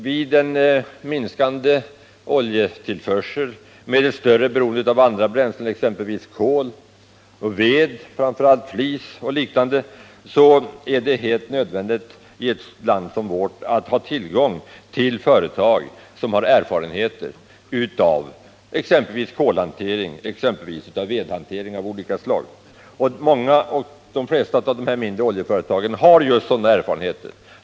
Vid en minskad oljetillförsel med ett större beroende av andra bränslen — kol, ved, flis och liknande — är det helt nödvändigt i ett land som vårt att ha tillgång till företag som har kompetens och erfarenheter av exempelvis kolhantering och vedhantering av olika slag. De flesta av de här mindre oljeföretagen har just sådana erfarenheter.